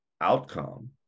outcome